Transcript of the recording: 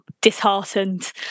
disheartened